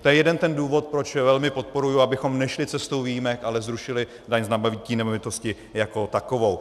To je jeden ten důvod, proč velmi podporuji, abychom nešli cestou výjimek, ale zrušili daň z nabytí nemovitosti jako takovou.